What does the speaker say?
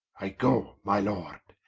i go my lord,